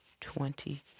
twenty